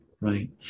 right